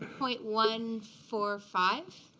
point one four five?